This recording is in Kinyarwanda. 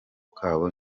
kabo